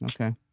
Okay